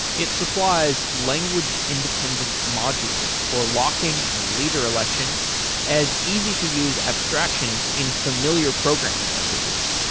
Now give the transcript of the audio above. it supplies language independent modules for locking and leader election as easy-to-use abstractions in familiar programming languages.